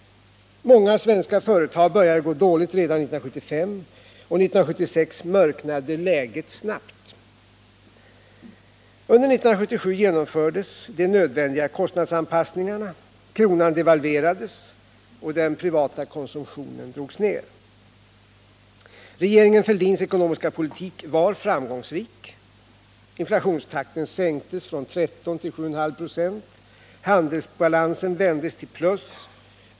Många svenska företag började gå dåligt redan 1975, och 1976 mörknade läget snabbt. Under 1977 genomfördes de nödvändiga kostnadsanpassningarna. Kronan devalverades och den privata konsumtionen drogs ned. Regeringen Fälldins ekonomiska politik var framgångsrik. Inflationstakten sänktes från 13 till 7,5 2». Handelsbalansen vändes till plus.